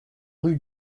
rue